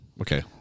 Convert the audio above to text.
Okay